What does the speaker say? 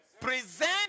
Present